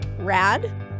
rad